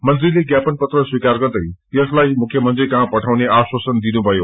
मंत्रीले ज्ञापन पत्र स्वीकार गर्दै यसलाई मुख्यमंत्रीकहाँ पठाउने आश्वासन दिनुभयो